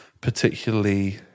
particularly